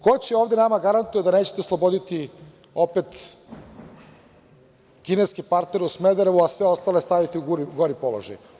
Ko će ovde nama da garantuje da nećete osloboditi opet kineski partner u Smederevu, a sve ostale staviti u gori položaj.